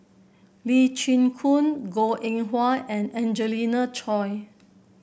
Lee Chin Koon Goh Eng Wah and Angelina Choy